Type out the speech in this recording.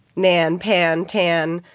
nan, pan, tan,